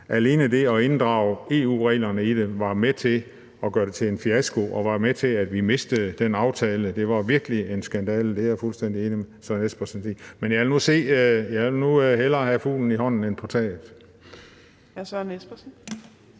Alene det at inddrage EU-reglerne i det var med til at gøre det til en fiasko og var med til, at vi mistede den aftale. Det var virkelig en skandale, det er jeg fuldstændig enig med hr. Søren Espersen i. Men lad os nu se – jeg vil hellere have fuglen i hånden end på taget. Kl. 18:33 Fjerde